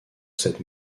cette